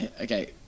Okay